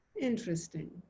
Interesting